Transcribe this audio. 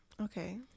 okay